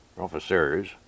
officers